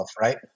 right